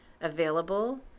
available